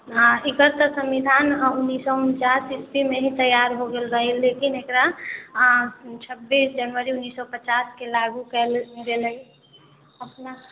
आ एकर तऽ संविधान उन्नैस सए उन्चासमे हि तैयार भय गेल रहै लेकिन एकरा छब्बीस जनवरी उन्नैस सए पचास के लागू कयल गेले अपना